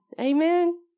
Amen